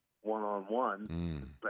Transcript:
one-on-one